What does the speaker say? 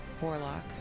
warlock